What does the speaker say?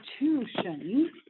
institution